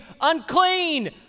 unclean